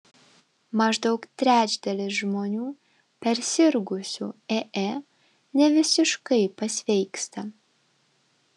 maždaug trečdalis žmonių persirgusių ee nevisiškai pasveiksta